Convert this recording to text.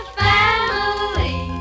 family